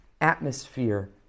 atmosphere